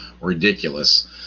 ridiculous